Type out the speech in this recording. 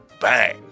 Bang